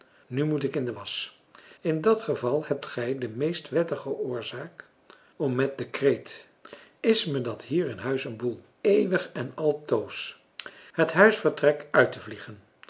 nu moet ik in de wasch in dat geval hebt gij de meest wettige oorzaak om met den kreet is me dat hier in huis een boel eeuwig en altoos het huisvertrek uit te vliegen